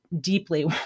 deeply